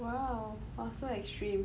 !wow! !wah! so extreme